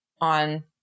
on